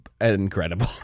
incredible